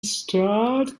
start